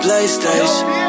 Playstation